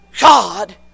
God